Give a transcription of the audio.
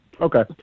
okay